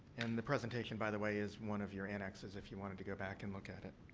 and the presentation, by the way, is one of your annexes if you wanted to go back and look at it.